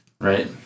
right